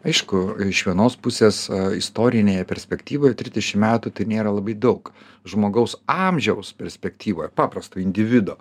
aišku iš vienos pusės istorinėje perspektyvoje trisdešim metų tai nėra labai daug žmogaus amžiaus perspektyvoje paprasto individo